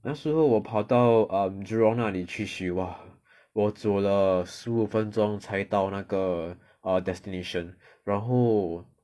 那时候我跑到 um jurong 哪里去修哇我走了十五分钟才到那个 err destination 然后